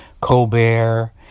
Colbert